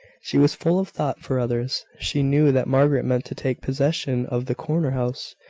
she was full of thought for others. she knew that margaret meant to take possession of the corner-house,